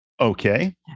Okay